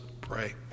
pray